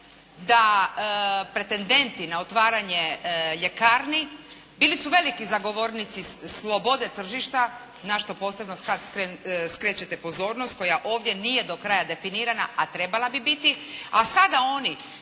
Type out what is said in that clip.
da pretendenti na otvaranje ljekarni bili su veliki zagovornici slobode tržišta na što posebno sad skrećete pozornost koja ovdje nije do kraja definirana a trebala bi biti, a sada oni